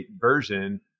version